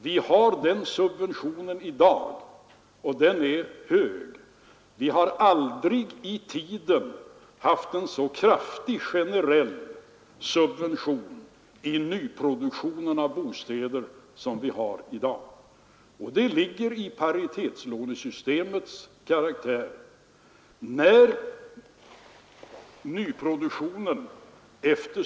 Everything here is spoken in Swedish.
Vi har en sådan subvention i dag, och den är hög. Vi har aldrig någonsin haft en så kraftig generell subvention av nyproduktionen av bostäder som i dag, och det ligger i paritetslånesystemets karaktär.